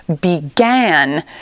began